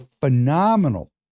phenomenal